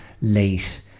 late